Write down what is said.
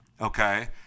Okay